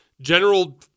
general